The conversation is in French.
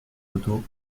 d’auto